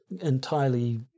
entirely